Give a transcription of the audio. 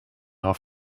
our